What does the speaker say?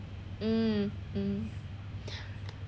mm mm